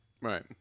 Right